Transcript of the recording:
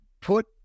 Put